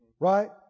Right